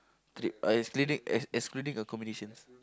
trip excluding ex~ excluding accommodations